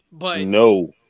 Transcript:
No